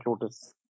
Lotus